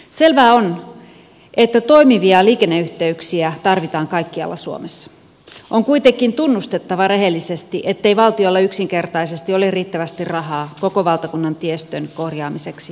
selvää on että toimivia liikenneyhteyksiä tarvitaan kaikkialla suomessa on kuitenkin tunnustettava rehellisesti ettei valtiolla yksinkertaisesti ole riittävästi rahaa koko valtakunnan tiestön korjaamiseksi